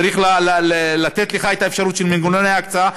צריך לתת לך את האפשרות של מנגנוני ההקצאה,